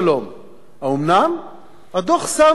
הדוח שם בנושא זה סימן שאלה.